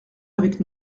avec